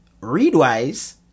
Readwise